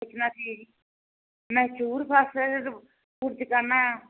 ਪੁੱਛਣਾ ਸੀ ਮੈਂ